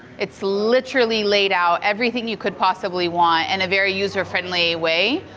it's literally laid out. everything you could possibly want and a very user friendly way.